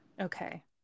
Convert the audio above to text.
Okay